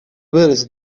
bills